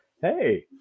hey